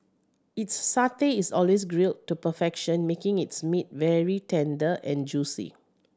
its satay is always grilled to perfection making its meat very tender and juicy